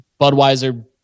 Budweiser